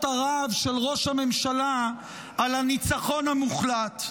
הרהב של ראש הממשלה על הניצחון המוחלט?